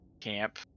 Camp